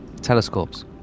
telescopes